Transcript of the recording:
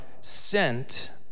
sent